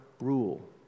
rule